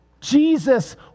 Jesus